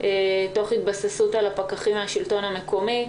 תוך התבססות על הפקחים מהשלטון המקומי.